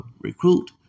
recruit